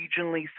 regionally